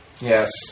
Yes